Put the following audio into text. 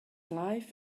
life